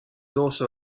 also